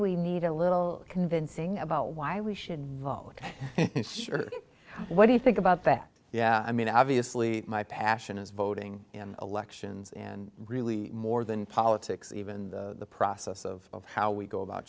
we need a little convincing about why we should vote what do you think about that yeah i mean obviously my passion is voting in elections and really more than politics even the process of how we go about